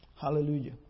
Hallelujah